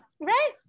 right